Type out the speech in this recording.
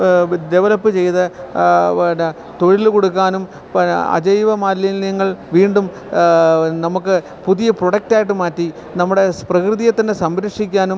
develop ചെയ്ത് പിന്നെ തൊഴില് കൊടുക്കാനും പിന്നെ അജൈവമാലിന്യങ്ങൾ വീണ്ടും നമുക്ക് പുതിയ പ്രോഡക്റ്റായിട്ട് മാറ്റി നമ്മുടെ പ്രകൃതിയെ തന്നെ സംരക്ഷിക്കാനും